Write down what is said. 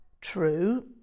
true